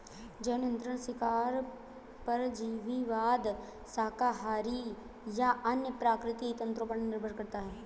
जैव नियंत्रण शिकार परजीवीवाद शाकाहारी या अन्य प्राकृतिक तंत्रों पर निर्भर करता है